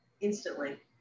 Instantly